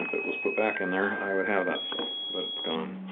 it was put back in there i would have that. so but it is gone.